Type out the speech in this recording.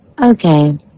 Okay